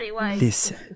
Listen